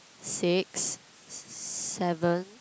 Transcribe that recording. six s~ s~ seven